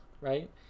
Right